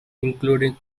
including